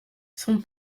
son